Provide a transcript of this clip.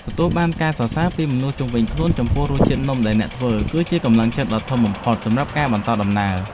ទទួលបានការសរសើរពីមនុស្សជុំវិញខ្លួនចំពោះរសជាតិនំដែលអ្នកធ្វើ គឺជាកម្លាំងចិត្តដ៏ធំបំផុតសម្រាប់ការបន្តដំណើរ។